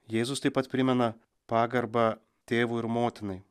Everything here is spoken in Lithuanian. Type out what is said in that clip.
jėzus taip pat primena pagarbą tėvui ir motinai